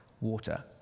water